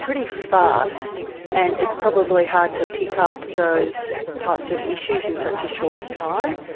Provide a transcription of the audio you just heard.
pretty fast and it's probably hard to pick up those types of issues in such a short time.